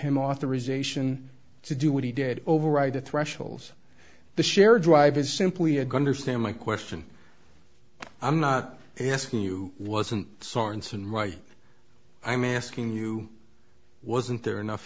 him authorization to do what he did override the thresholds the shared drive is simply a gunderson my question i'm not asking you wasn't sorenson right i'm asking you wasn't there enough